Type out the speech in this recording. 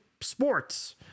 sports